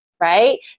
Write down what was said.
right